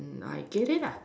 mm I get it lah